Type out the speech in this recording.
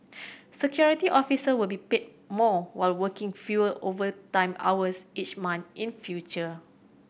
security officer will be paid more while working fewer overtime hours each month in future